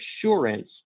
assurance